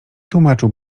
tłumaczył